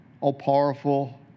all-powerful